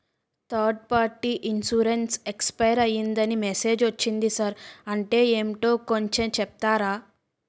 Third party insurance expire అయ్యిందని message ఒచ్చింది sir అంటే ఏంటో కొంచె చెప్తారా?